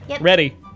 Ready